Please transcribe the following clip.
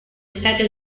state